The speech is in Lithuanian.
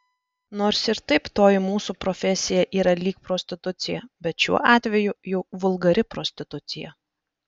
nors ir taip toji mūsų profesija yra lyg prostitucija bet šiuo atveju jau vulgari prostitucija